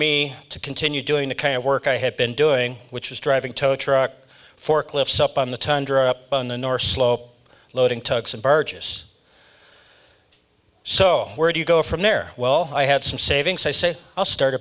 me to continue doing the kind of work i had been doing which was driving tow truck forklifts up on the tundra up on the north slope loading tugs and burgess so where do you go from there well i had some savings i say i'll start a